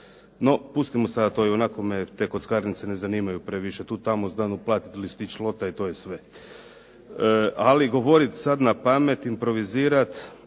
No, pustimo sada to, ionako me te kockarnice ne zanimaju previše. Tu i tamo znam uplatit listić lota i to je sve. Ali govorit sad na pamet, improvizirati,